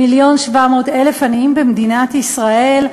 1,700,000 עניים במדינת ישראל,